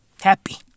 Happy